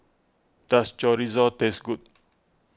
does Chorizo taste good